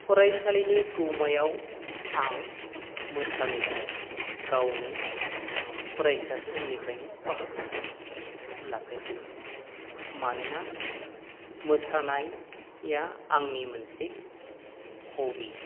फरायसालिनि गौमायाव आं मोसानायाव गावनो फरायसा समनिफ्रायनो बाहागो लाफेरदों मानोना मोसानाया आंनि मोनसे हबि